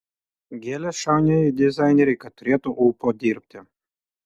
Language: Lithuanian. gėlės šauniajai dizainerei kad turėtų ūpo dirbti